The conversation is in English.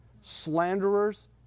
slanderers